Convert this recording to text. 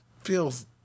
Feels